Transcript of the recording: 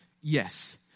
Yes